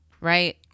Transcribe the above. right